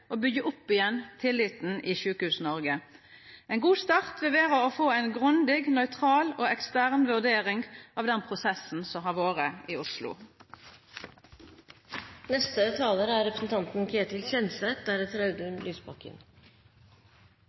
opp att tilliten i Sjukehus-Noreg. Ein god start vil vera å få ei grundig, nøytral og ekstern vurdering av den prosessen som har vore i